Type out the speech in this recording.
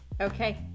Okay